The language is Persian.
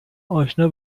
اشنا